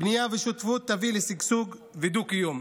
בנייה ושותפות יביאו לשגשוג ולדו-קיום.